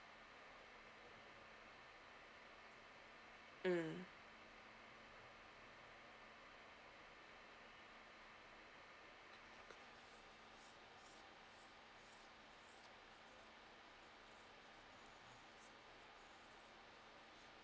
mm